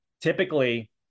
typically